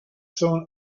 soon